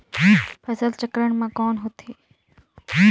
फसल चक्रण मा कौन होथे?